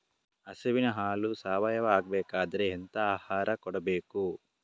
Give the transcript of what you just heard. ಹಸುವಿನ ಹಾಲು ಸಾವಯಾವ ಆಗ್ಬೇಕಾದ್ರೆ ಎಂತ ಆಹಾರ ಕೊಡಬೇಕು?